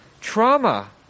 trauma